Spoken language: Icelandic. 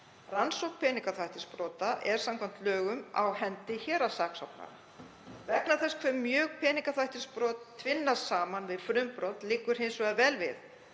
Rannsókn peningaþvættisbrota er samkvæmt lögum á hendi héraðssaksóknara. Vegna þess hve mjög peningaþvættisbrot tvinnast saman við frumbrot liggur hins vegar vel við